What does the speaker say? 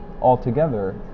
altogether